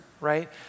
right